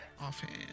Offhand